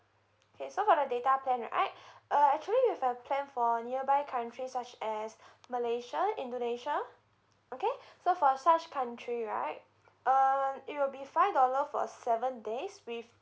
okay so for the data plan right uh actually have a plan for nearby countries such as malaysia indonesia okay so for such country right uh it will be five dollar for seven days with